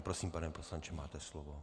Prosím, pane poslanče, máte slovo.